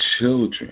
children